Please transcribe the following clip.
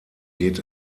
geht